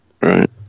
Right